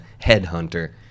headhunter